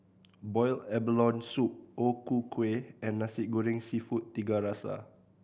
boiled abalone soup O Ku Kueh and Nasi Goreng Seafood Tiga Rasa